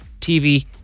TV